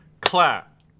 clap